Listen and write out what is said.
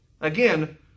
Again